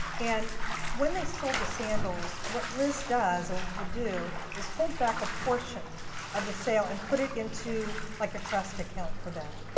and when they sold the sandals, what liz does and will do, is hold back a portion of the sale and put it into like a trust account for them.